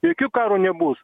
jokių karų nebus